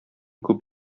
күп